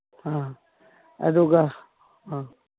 ꯑ ꯑꯗꯨꯒ ꯑ